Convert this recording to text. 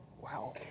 wow